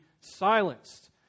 silenced